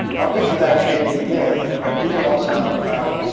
i'll get to that maybe in a minute, but i do wanna also talk about,